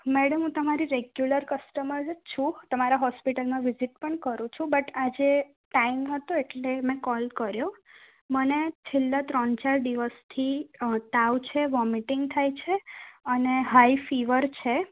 madam હું તમારી regular customer જ છું તમારા હોસ્પિટલમાં વિઝીટ પણ કરું છું બટ આજે ટાઇમ નહોતો એટલે મેં કોલ કર્યો મને છેલ્લા ત્રણ ચાર દિવસથી તાવ છે વોમિટીંગ થાય છે અને હાઈ ફીવર છે